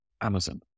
Amazon